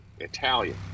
Italian